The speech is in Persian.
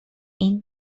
این